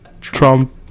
Trump